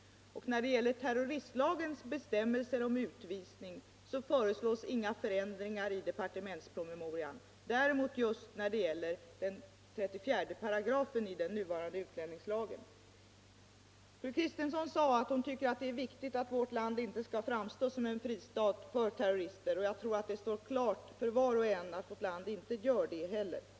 När det gäller terroristlagens bestämmelser om utvisning föreslås i departementspromemorian inga förändringar. Där emot föreslås förändringar av just 34 § i den nuvarande utlänningslagen. — Nr 78 Fru Kristensson tycker det är viktigt att vårt land inte skall framstå Tisdagen den som en fristad för terrorister. Jag tror det är klart för var och en att 13 maj 1975 vårt land inte heller gör det.